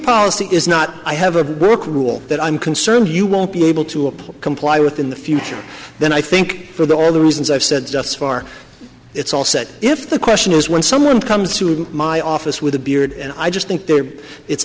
policy is not i have a work rule that i'm concerned you won't be able to apply comply with in the future then i think for the other reasons i've said just so far it's all set if the question is when someone comes to my office with a beard and i just think they're it's